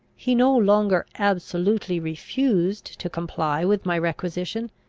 he no longer absolutely refused to comply with my requisition,